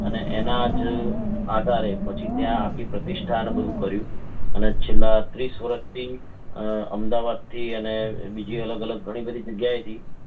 અને એના જ આધારે પછી ત્યાં આખી પ્રતિષ્ઠા અને બધું કર્યું અને છેલ્લાં ત્રીસ વર્ષથી અમદાવાદથી અને બીજી અલગ અલગ ઘણી જગ્યાએથી